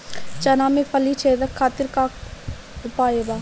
चना में फली छेदक खातिर का उपाय बा?